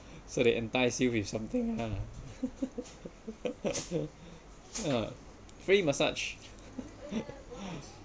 so they enticed you with something lah ah free massage